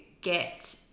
get